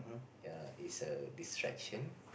yea it's a distraction